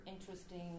interesting